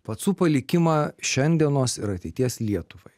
pacų palikimą šiandienos ir ateities lietuvai